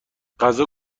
غذا